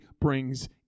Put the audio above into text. brings